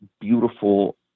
beautiful